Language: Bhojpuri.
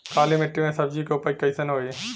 काली मिट्टी में सब्जी के उपज कइसन होई?